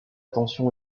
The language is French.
attention